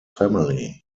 family